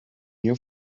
new